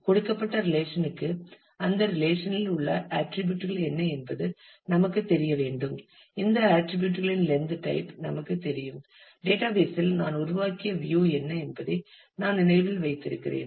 கொடுக்கப்பட்ட ரிலேஷன்க்கு அந்த ரிலேஷனில் உள்ள ஆர்ட்டிரிபியூட்கள் என்ன என்பது நமக்கு தெரிய வேண்டும் இந்த ஆர்ட்டிரிபியூட்களின் லென்த் டைப் நமக்கு தெரியும் டேட்டாபேஸில் நான் உருவாக்கிய வியூ என்ன என்பதை நான் நினைவில் வைத்திருக்கிறேன்